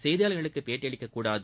செய்தியாளர்களுக்கு பேட்டி அளிக்கக்கூடாது